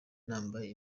nambaye